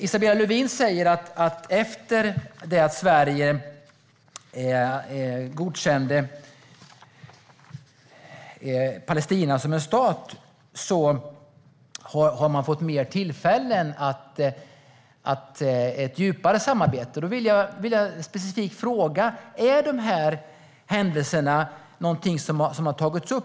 Isabella Lövin säger att man efter det att Sverige godkände Palestina som stat har fått fler tillfällen till ett djupare samarbete. Då vill jag specifikt fråga om dessa händelser är någonting som har tagits upp.